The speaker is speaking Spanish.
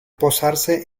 posarse